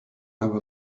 have